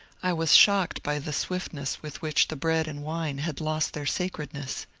i was shocked by the swiftness with which the bread and wine had lost their sacredness.